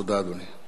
תודה, אדוני.